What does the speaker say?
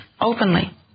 openly